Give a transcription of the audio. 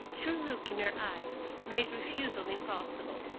true look in her eyes made refusal impossible.